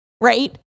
right